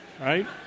Right